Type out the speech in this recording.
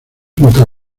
bautismo